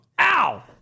Ow